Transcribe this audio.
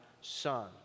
son